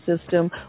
system